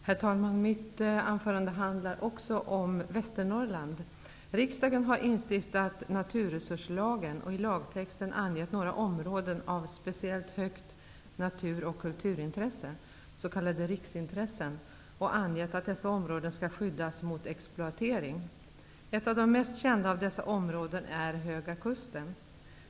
Herr talman! Mitt anförande handlar också om Riksdagen har instiftat naturresurslagen och i lagtexten angett några områden av speciellt högt natur och kulturintresse, s.k. riksintressen, och angett att dessa områden skall skyddas mot exploatering. Ett av de mest kända av dessa områden är Höga kusten.